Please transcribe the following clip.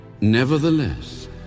Nevertheless